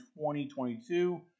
2022